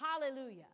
Hallelujah